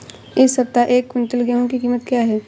इस सप्ताह एक क्विंटल गेहूँ की कीमत क्या है?